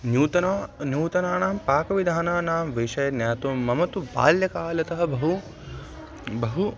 नूतनां नूतनानां पाकविधानानां विषये ज्ञातुं मम तु बाल्यकालतः बहु बहु